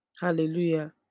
hallelujah